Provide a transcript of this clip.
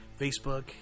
Facebook